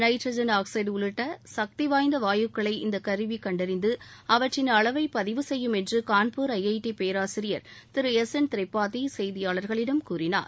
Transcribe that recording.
nitrogen oxide உள்ளிட்ட சக்திவாய்ந்த வாயுக்களை இந்த கருவி கண்டறிந்து அவற்றின் அளவை பதிவு செய்யும் என்று கான்பூர் ஐஐடி பேராசிரியர் திரு எஸ் என் திரிபாதி செய்தியாளர்களிடம் கூறினார்